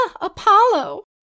apollo